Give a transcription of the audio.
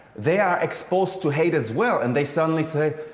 they are exposed to hate as well and they suddenly say,